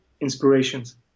inspirations